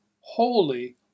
Holy